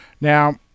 Now